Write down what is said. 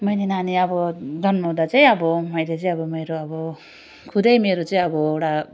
मैले नानी अब जन्माउँदा चाहिँ अब मैले चाहिँ अब मेरो अब खुदै मेरो चाहिँ अब एउटा